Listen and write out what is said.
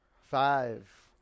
Five